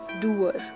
doer